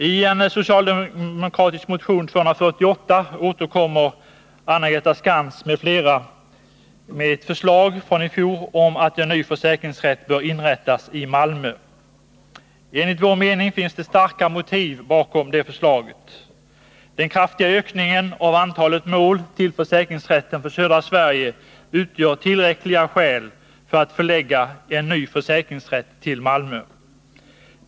I den socialdemokratiska motionen 248 som väckts av Anna-Greta Skantz m.fl. återkommer vi med ett förslag från i fjol om att en ny försäkringsrätt bör inrättas i Malmö. Enligt vår mening finns det starka motiv bakom det förslaget. Den kraftiga ökningen av antalet mål till försäkringsrätten för Södra Sverige utgör tillräckligt skäl för att förlägga en ny försäkringsrätt till Malmö.